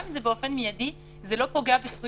גם אם זה באופן מיידי זה לא פוגע בזכויות